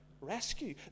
rescue